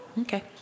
Okay